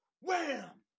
wham